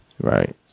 Right